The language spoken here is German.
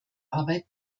arbeit